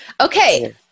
Okay